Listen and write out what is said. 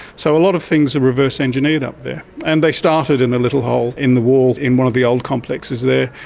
so a lot of things are reverse engineered up there. and they started in a little hole in the wall in one of the old complexes there.